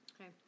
Okay